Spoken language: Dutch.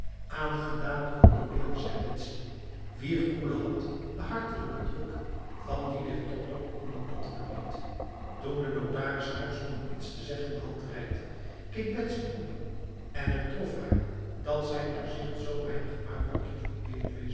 aangedaan condoleerde zij betsy wier koele hand de hartelijke druk van die der totok onbeantwoord liet toen de notaris haar zonder iets te zeggen de hand reikte keek betsy op en het trof haar dat zijn gezicht zo weinig uitdrukking van